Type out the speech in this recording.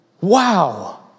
Wow